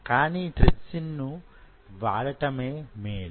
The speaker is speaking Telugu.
కానీ ట్రిప్సిన్ ను వాడటమే మేలు